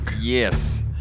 yes